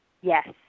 Yes